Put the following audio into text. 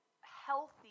healthy